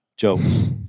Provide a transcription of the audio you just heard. jokes